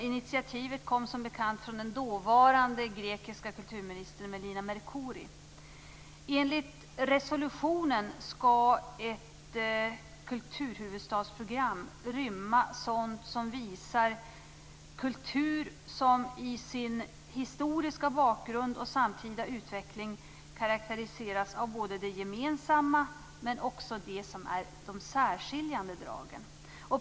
Initiativet kom som bekant från den dåvarande grekiska kulturministern Melina Mercouri. Enligt resolutionen skall ett kulturhuvudstadsprogram rymma uttryck för kultur som genom historisk bakgrund och samtida utveckling karakteriserar både de gemensamma och de särskiljande dragen.